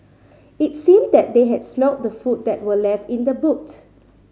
it seemed that they had smelt the food that were left in the boot